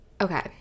okay